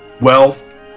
wealth